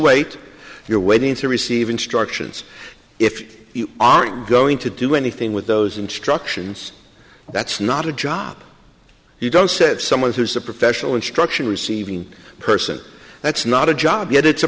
wait you're waiting to receive instructions if you aren't going to do anything with those instructions that's not a job you don't set someone who's a professional instruction receiving person that's not a job yet it's a